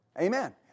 Amen